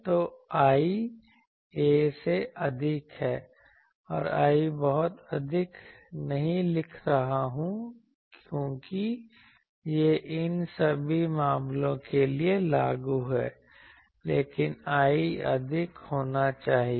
तो I a से अधिक है और I बहुत अधिक नहीं लिख रहा हूं क्योंकि यह इन सभी मामलों के लिए लागू है लेकिन I अधिक होना चाहिए